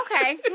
Okay